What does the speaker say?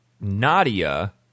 Nadia